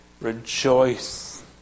rejoice